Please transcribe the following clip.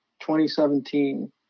2017